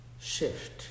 shift